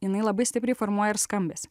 jinai labai stipriai formuoja ir skambesį